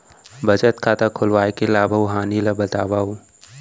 बचत खाता खोलवाय के लाभ अऊ हानि ला बतावव?